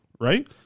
right